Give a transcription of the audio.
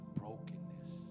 brokenness